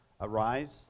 Arise